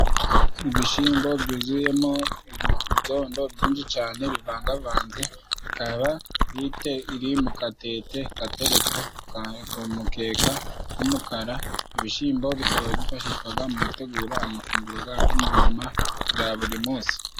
Ibishyimbo byuzuyemo ibyondo byinshi cane bivangavanze bikaba iri mu katete kateretse ku mukeka g'umukara, ibishyimbo bikaba byifashishwaga mu gutegura amafunguro mu buzima bya buri munsi.